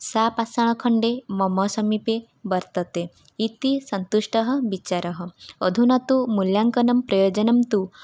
सा पाषाणखण्डं मम समीपे वर्तते इति सन्तुष्टः विचारः अधुना तु मूल्याङ्कानं प्रयोजनं तु